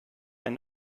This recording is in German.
eher